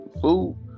food